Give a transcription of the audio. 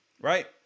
right